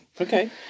Okay